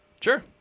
Sure